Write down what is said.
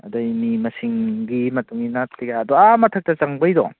ꯑꯗꯩ ꯃꯤ ꯃꯁꯤꯡꯒꯤ ꯃꯇꯨꯡ ꯏꯟꯅ ꯑꯥ ꯃꯊꯛꯇ ꯆꯪꯕꯩꯗꯣ